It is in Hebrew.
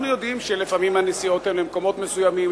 אנחנו יודעים שלפעמים הנסיעות הן למקומות מסוימים,